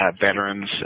veterans